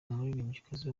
umuririmbyikazi